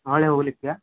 ಹಾಳೆ ಹುಲಿತ್ಯ